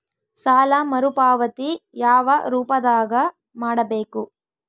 ಸಾಲ ಮರುಪಾವತಿ ಯಾವ ರೂಪದಾಗ ಮಾಡಬೇಕು?